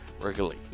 regularly